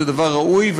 זה דבר ראוי,